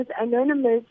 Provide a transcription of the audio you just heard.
Anonymous